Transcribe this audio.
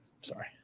Sorry